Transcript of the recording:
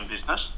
business